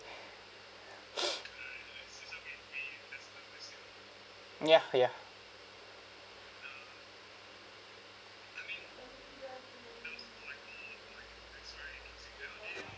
ya ya